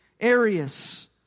Arius